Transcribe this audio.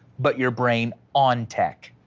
but your brain on tech.